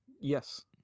Yes